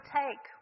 take